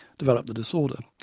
develop the disorder,